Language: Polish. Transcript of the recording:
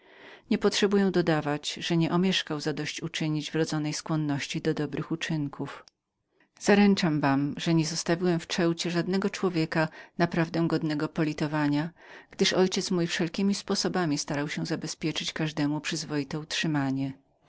nie potrzebuję dodawać że nieomieszkał zadość uczynić wrodzonej skłonności do dobrych uczynków zaręczam wam że nie zostawiłem w ceucie żadnego człowieka godnego politowania gdyż ojciec mój zużywał całą działalność swego ducha na zabezpieczenie każdemu przyzwoitego utrzymania